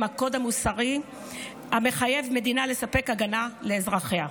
הקוד המוסרי המחייב מדינה לספק הגנה לאזרחיה.